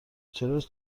چرا